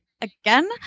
again